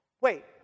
Wait